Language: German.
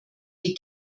die